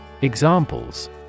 Examples